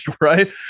right